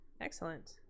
Excellent